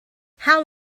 how